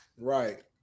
Right